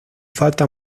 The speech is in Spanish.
falta